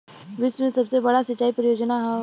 विश्व के सबसे बड़ा सिंचाई परियोजना हौ